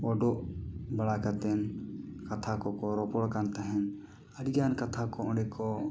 ᱚᱰᱳᱜ ᱵᱟᱲᱟ ᱠᱟᱛᱮ ᱠᱟᱛᱷᱟ ᱠᱚ ᱠᱚ ᱨᱚᱯᱚᱱ ᱠᱟᱱ ᱛᱟᱦᱮᱱ ᱟᱹᱰᱤ ᱜᱟᱱ ᱠᱟᱛᱷᱟ ᱠᱚ ᱚᱸᱰᱮ ᱠᱚ